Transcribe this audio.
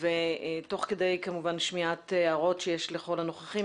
תוך כדי שמיעת הערות שיש לכל הנוכחים,